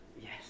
Yes